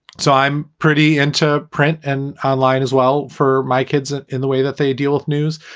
so i'm pretty into print and online as well for my kids in the way that they deal with news.